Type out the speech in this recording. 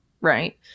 right